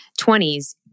20s